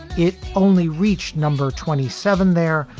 it only reached number twenty seven there,